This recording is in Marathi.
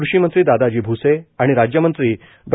कृषीमंत्री दादाजी भुसे आणि राज्यमंत्री डॉ